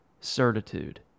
certitude